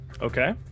Okay